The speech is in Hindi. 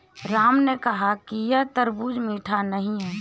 राम ने कहा कि यह तरबूज़ मीठा नहीं है